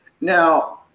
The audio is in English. Now